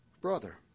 Brother